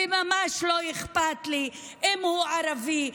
וממש לא אכפת לי אם הוא ערבי,